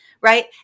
right